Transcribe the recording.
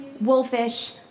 wolfish